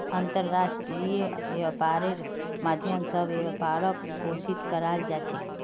अन्तर्राष्ट्रीय व्यापारेर माध्यम स व्यापारक पोषित कराल जा छेक